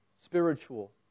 Spiritual